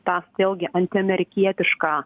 tą vėlgi antiamerikietišką